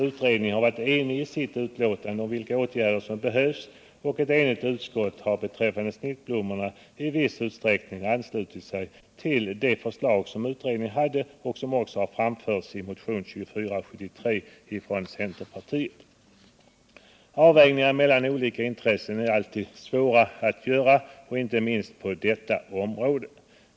Utredningen har i sitt betänkande varit enig om vilka åtgärder som behövs, och ett enigt utskott har beträffande snittblommorna anslutit sig till det förslag som utredningen presenterade och som också har framförts i motionen 2473 från centerpartiet. Avvägningarna mellan olika intressen är alltid svåra att göra, inte minst på detta område.